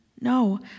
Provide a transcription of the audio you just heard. No